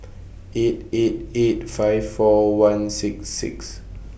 eight eight eight five four one six six